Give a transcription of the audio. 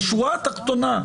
בשורה התחתונה,